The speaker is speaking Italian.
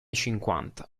cinquanta